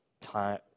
time